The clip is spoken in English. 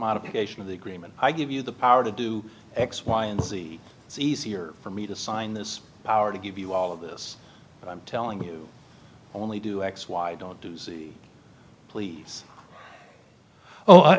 modification of the agreement i give you the power to do x y and z it's easier for me to sign this power to give you all of this i'm telling you only do x y don't do z please oh